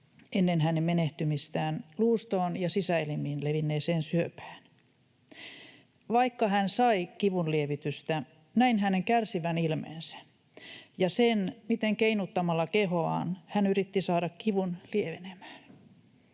ennen hänen menehtymistään luustoon ja sisäelimiin levinneeseen syöpään. Vaikka hän sai kivunlievitystä, näin hänen kärsivän ilmeensä ja sen, miten keinuttamalla kehoaan hän yritti saada kivun lievenemään.